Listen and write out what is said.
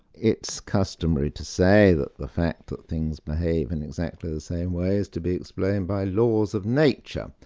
it's customary to say that the fact that things behave in exactly the same way is to be explained by laws of nature,